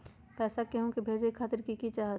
पैसा के हु के भेजे खातीर की की चाहत?